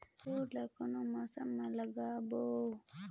जोणी ला कोन मौसम मा लगाबो?